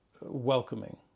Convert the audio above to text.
welcoming